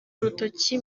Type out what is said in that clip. urutoki